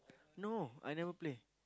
no I never play